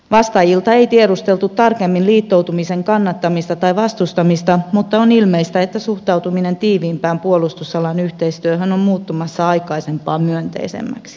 vastaajilta ei tiedusteltu tarkemmin liittoutumisen kannattamista tai vastustamista mutta on ilmeistä että suhtautuminen tiiviimpään puolustusalan yhteistyöhön on muuttumassa aikaisempaa myönteisemmäksi